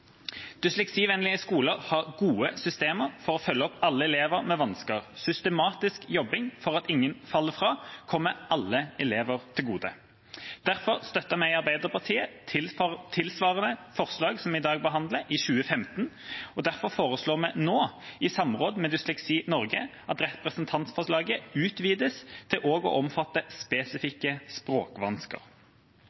Dysleksivennlige skoler har gode systemer for å følge opp alle elever med vansker. Systematisk jobbing for at ingen faller fra, kommer alle elever til gode, og derfor foreslår vi nå, i samråd med Dysleksi Norge, at dette representantforslaget utvides til også å omfatte